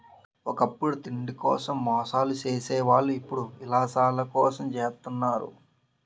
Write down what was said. ఒకప్పుడు తిండి కోసం మోసాలు సేసే వాళ్ళు ఇప్పుడు యిలాసాల కోసం జెత్తన్నారు